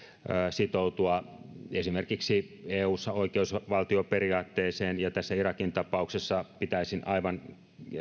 sitoutua esimerkiksi eussa oikeusvaltioperiaatteeseen ja tässä irakin tapauksessa pitäisin aivan